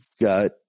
got